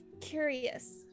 curious